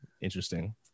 interesting